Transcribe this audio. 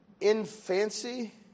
infancy